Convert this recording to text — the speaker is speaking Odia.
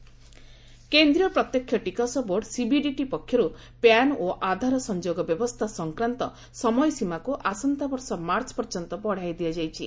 ସିବିଡିଟି ଆଧାର କେନ୍ଦ୍ରୀୟ ପ୍ରତ୍ୟକ୍ଷ ଟିକସ୍ ବୋର୍ଡ ସିବିଡିଟିପକ୍ଷରୁ ପ୍ୟାନ ଓ ଆଧାର ସଂଯୋଗ ବ୍ୟବସ୍ଥା ସଂକ୍ରାନ୍ତ ସମୟସୀମାକୁ ଆସନ୍ତାବର୍ଷ ମାର୍ଚ୍ଚ ପର୍ଯ୍ୟନ୍ତ ବଢାଇ ଦିଆଯାଇଛି